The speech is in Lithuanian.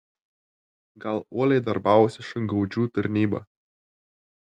gal uoliai darbavosi šungaudžių tarnyba